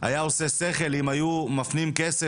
היה עושה שכל אם היו מפנים כסף,